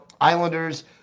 Islanders